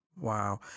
wow